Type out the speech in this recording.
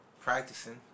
practicing